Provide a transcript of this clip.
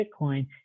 Bitcoin